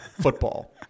football